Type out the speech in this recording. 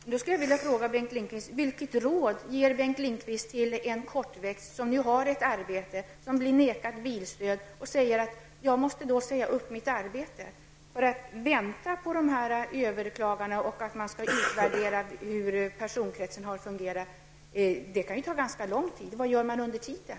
Herr talman! Jag vill fråga Bengt Lindqvist vilket råd han ger till en kortväxt som nu har ett arbete men som blir nekad bilstöd och då måste säga upp sitt arbete. Att vänta på att överklaganden skall behandlas och en utvärdering av hur bestämmelserna om personkretsen har fungerat kan ta ganska lång tid. Vad gör man under tiden?